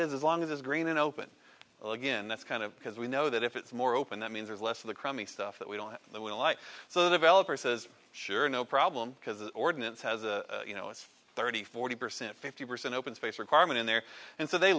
is as long as it's green and open again that's kind of because we know that if it's more open that means there's less of the crummy stuff that we don't have the will and so the developer says sure no problem because ordinance has a you know it's thirty forty percent fifty percent open space requirement in there and so they